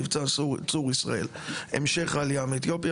מבצע "צור ישראל" - המשך העלייה מאתיופיה,